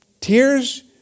Tears